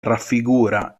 raffigura